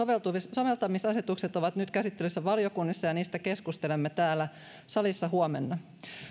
soveltamisasetukset ovat nyt käsittelyssä valiokunnissa ja niistä keskustelemme täällä salissa huomenna